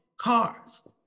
cars